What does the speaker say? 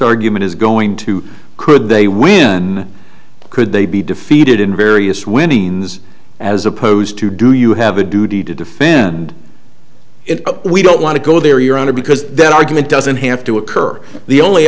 argument is going to could they win could they be defeated in various win eans as opposed to do you have a duty to defend it we don't want to go there your honor because that argument doesn't have to occur the only